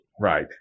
Right